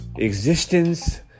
Existence